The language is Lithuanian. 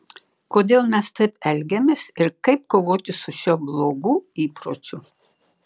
kodėl mes taip elgiamės ir kaip kovoti su šiuo blogu įpročiu